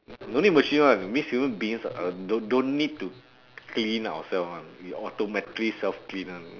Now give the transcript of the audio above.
no need machine [one] means human beings uh don't don't need to clean ourself [one] we automatically self clean [one]